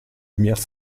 lumière